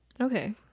Okay